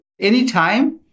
anytime